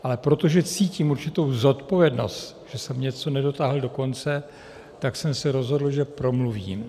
Ale protože cítím určitou zodpovědnost, že jsem něco nedotáhl do konce, tak jsem se rozhodl, že promluvím.